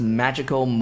magical